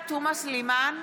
סלימאן,